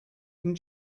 can